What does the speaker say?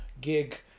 gig